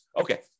Okay